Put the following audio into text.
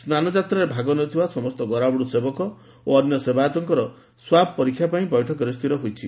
ସ୍ନାନ ଯାତ୍ରାରେ ଭାଗ ନେଉଥିବା ସମସ୍ତ ଗରାବଡୁ ସେବକ ଓ ଅନ୍ୟ ସେବାୟତଙ୍କର ସ୍ୱାବ ପରୀକ୍ଷା ପାଇଁ ବେଠକରେ ସ୍ତିର ହୋଇଛି